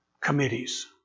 committees